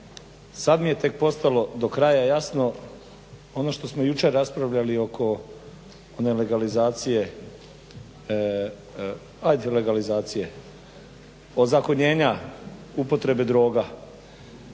Sad mi je tek postalo do kraja jasno ono što smo jučer raspravljali oko one legalizacije …/Govornik se ne razumije./… ozakonjenja upotrebe droga.